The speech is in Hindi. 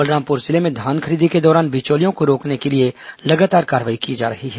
बलरामपुर जिले में धान खरीदी के दौरान बिचौलियों को रोकने के लिए लगातार कार्रवाई की जा रही है